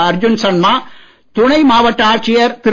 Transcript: அர்ஜுன் சர்மா துணை மாவட்ட ஆட்சியர் திரு